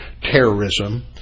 terrorism